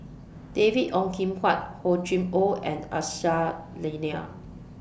David Ong Kim Huat Hor Chim Or and Aisyah Lyana